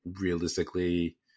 realistically